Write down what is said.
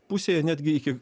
pusėje netgi iki